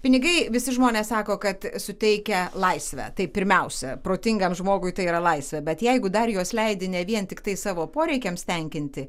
pinigai visi žmonės sako kad suteikia laisvę tai pirmiausia protingam žmogui tai yra laisvė bet jeigu dar juos leidi ne vien tiktai savo poreikiams tenkinti